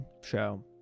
show